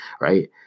right